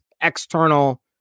external